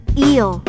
eel